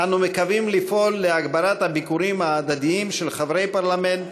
אנו מקווים לפעול להגברת הביקורים ההדדיים של חברי פרלמנט